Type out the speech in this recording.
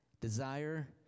desire